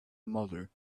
mother